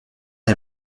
est